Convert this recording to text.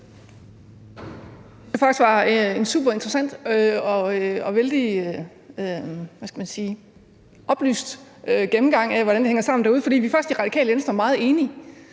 skal man sige? – oplyst gennemgang af, hvordan det hænger sammen derude, for vi er faktisk i Radikale Venstre meget enige.